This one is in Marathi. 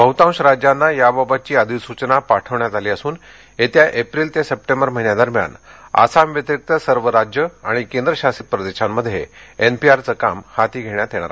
बह्तांश राज्यांना याबाबतघी अधिसुचना पाठवण्यात आली असुन येत्या एप्रिल ते सप्टेंबर महिन्या दरम्यान आसाम व्यतिरिक सर्व राज्यं आणि केंद्रशासित प्रदेशांमध्ये एनपीआरचं काम हाती धेण्यात येणार आहे